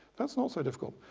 that's not so difficult.